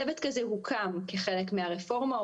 צוות כזה הוקם כחלק מהרפורמה,